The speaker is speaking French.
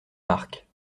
marque